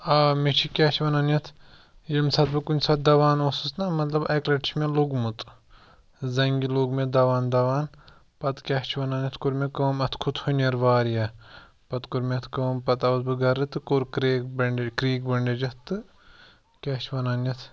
آ مےٚ چھِ کیٛاہ چھِ وَنان یَتھ ییٚمہِ ساتہٕ بہٕ کُنہِ ساتہٕ دَوان اوسُس نا مَطلب اَکہِ لَٹہِ چھُ مےٚ لۆگمُت زَنٛگہِ لۆگ مےٚ دَوان دَوان پَتہٕ کیٛا چھُ وَنان اَتھ کۆر مےٚ کٲم اَتھ کھۆت ہٕنؠر واریاہ پَتہٕ کۆر مےٚ اَتھ کٲم پَتہٕ آوُس بہٕ گرٕ تہٕ کۆر کرٛیک بَنٛڈیج کرٛیک بَنٛڈیج اَتھ تہٕ کیٛاہ چھِ وَنان یَتھ